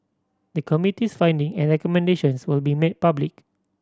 the Committee's finding and recommendations will be made public